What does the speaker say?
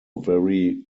very